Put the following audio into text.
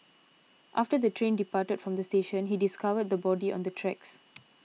after the train departed from the station he discovered the body on the tracks